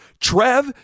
Trev